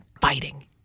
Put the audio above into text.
fighting